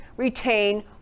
retain